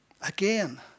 Again